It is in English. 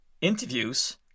Interviews